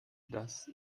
dass